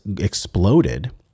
exploded